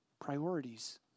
priorities